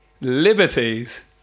Liberties